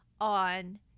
on